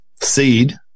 Seed